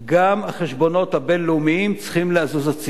גם החשבונות הבין-לאומים צריכים לזוז הצדה.